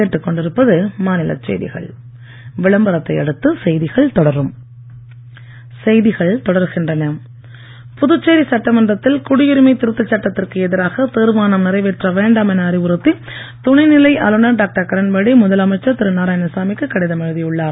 பேடி கடிதம் புதுச்சேரி சட்டமன்றத்தில் குடியுரிமை திருத்த சட்டத்திற்கு எதிராக தீர்மானம் நிறைவேற்ற வேண்டாம் என அறிவுறுத்தி துணை நிலை ஆளுநர் டாக்டர் கிரண்பேடி முதலமைச்சர் திரு நாராயணசாமிக்கு கடிதம் எழுதி உள்ளார்